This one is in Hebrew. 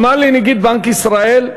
אמר לי נגיד בנק ישראל: